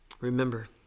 Remember